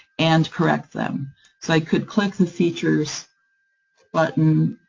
and correct them. so i could click the features button,